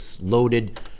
loaded